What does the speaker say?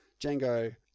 Django